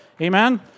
Amen